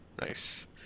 Nice